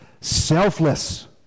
selfless